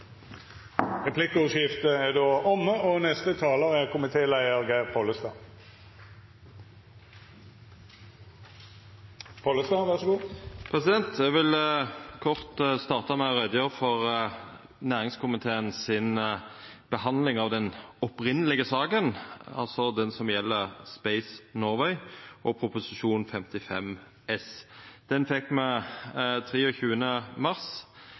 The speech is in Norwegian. Replikkordskiftet er omme. : Eg vil kort starta med å gjera greie for næringskomiteens behandling av den opphavelege saka, altså den som gjeld Space Norway og Prop. 55 S for 2017–2018. Den fekk me 23. mars.